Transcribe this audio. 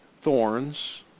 thorns